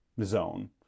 zone